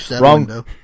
wrong